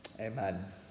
amen